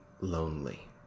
lonely